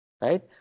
right